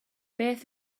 beth